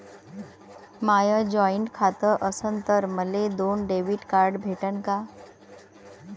माय joint खातं असन तर मले दोन डेबिट कार्ड भेटन का?